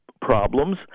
problems